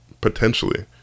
potentially